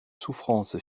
souffrance